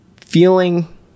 feeling